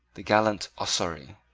the gallant ossory.